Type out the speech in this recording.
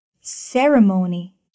ceremony